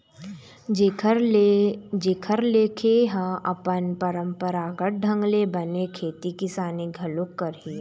जेखर ले खे ह अपन पंरापरागत ढंग ले बने खेती किसानी घलोक करही